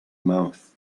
mouth